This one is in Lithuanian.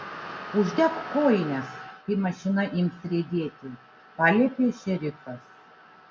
uždek kojines kai mašina ims riedėti paliepė šerifas